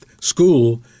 school